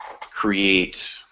create